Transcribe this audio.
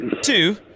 two